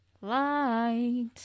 Light